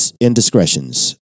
indiscretions